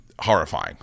Horrifying